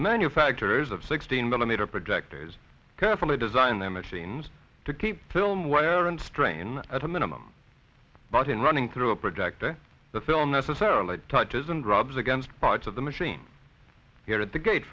the manufacturers of sixteen millimeter projectors carefully designed them machines to keep film wear and strain at a minimum but in running through a projector the film necessarily touches and rubs against parts of the machine here at the gate